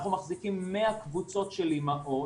אנחנו מחזיקים 100 קבוצות של אימהות.